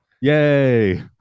Yay